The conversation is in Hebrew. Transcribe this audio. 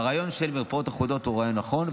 הרעיון של מרפאות אחודות הוא רעיון נכון,